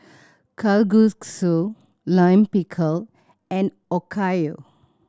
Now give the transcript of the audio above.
Kalguksu Lime Pickle and Okayu